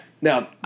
now